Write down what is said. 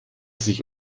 sich